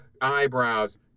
eyebrows